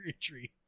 tree